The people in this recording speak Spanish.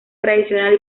tradicional